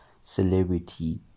celebrity